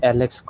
Alex